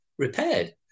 repaired